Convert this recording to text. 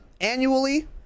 annually